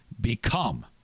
become